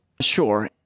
Sure